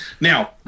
Now